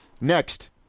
next